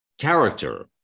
character